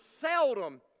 seldom